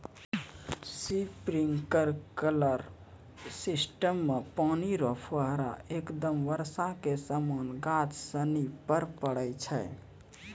sprinkler system मे पानी रो फुहारा एकदम बर्षा के समान गाछ सनि पर पड़ै छै